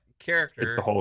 Character